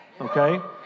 okay